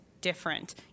different